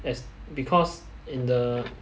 that's because in the